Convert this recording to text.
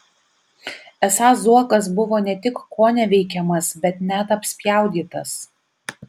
esą zuokas buvo ne tik koneveikiamas bet net apspjaudytas